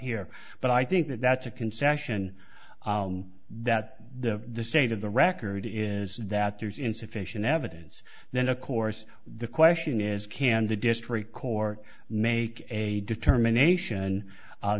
here but i think that that's a concession that the state of the record is that there's insufficient evidence then of course the question is can the district court make a determination